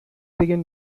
begin